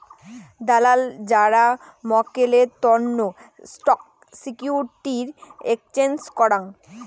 দালাল যারা মক্কেলের তন্ন স্টক সিকিউরিটি এক্সচেঞ্জের করাং